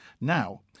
Now